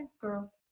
girl